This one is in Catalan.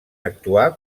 actuar